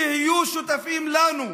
תהיו שותפים לנו.